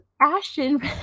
ashton